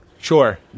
Sure